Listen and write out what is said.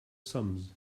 sums